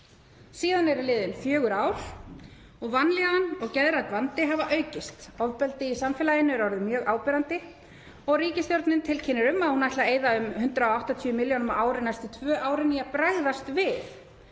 Síðan eru liðin fjögur ár og vanlíðan og geðrænn vandi hafi aukist. Ofbeldi í samfélaginu er orðið mjög áberandi og ríkisstjórnin tilkynnir um að hún ætli að eyða um 180 milljónum á ári næstu tvö árin til að bregðast við